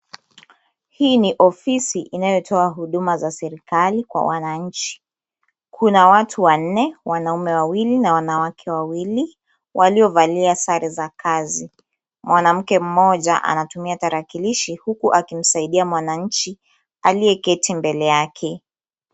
Hii ni ofisi inayotoa huduma za serikali kwa wananchi. Kuna watu wanne, wanaume wawili na wanawake wawili waliovalia sare za kazi. Mwanamke mmoja anatumia tarakilishi huku wakimsaidia mwananchi aliyeketi mbele yake.